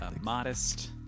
modest